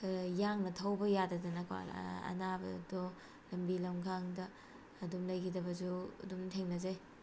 ꯌꯥꯡꯅ ꯊꯧꯕ ꯌꯥꯗꯗꯅꯀꯣ ꯑꯅꯥꯕꯗꯣ ꯂꯝꯕꯤ ꯂꯝꯈꯥꯡꯗ ꯑꯗꯨꯝ ꯂꯩꯈꯤꯗꯕꯁꯨ ꯑꯗꯨꯝ ꯊꯦꯡꯅꯖꯩ